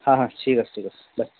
হা হা ঠিক আছে ঠিক আছে বা